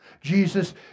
Jesus